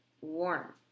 warm